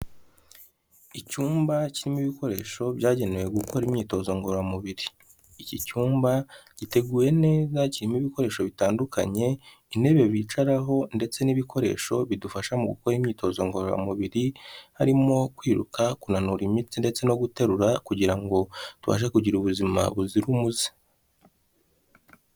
Icyumba kirimo ibikoresho byagenewe gukora imyitozo ngororamubiri, iki cyumba giteguye neza kirimo ibikoresho bitandukanye intebe bicaraho ndetse n'ibikoresho bidufasha mu gukora imyitozo ngororamubiri harimo kwiruka, kunanura imitsi ndetse no guterura kugira ngo tubashe kugira ubuzima buzira umuze.